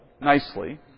nicely